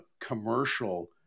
commercial